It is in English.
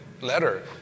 letter